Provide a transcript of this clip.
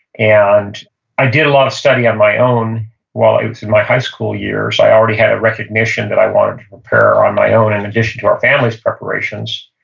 and i did a lot of study on my own while i was in my high school years. i already had a recognition that i wanted to prepare on my own in addition to our family's preparations.